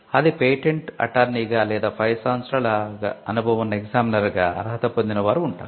అది పేటెంట్ అటార్నీగా లేదా 5 సంవత్సరాల అనుభవం ఉన్న ఎగ్జామినర్గా అర్హత పొందిన వారు ఉంటారు